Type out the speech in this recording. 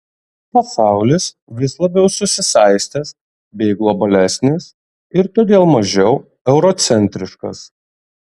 pasaulis vis labiau susisaistęs bei globalesnis ir todėl mažiau eurocentriškas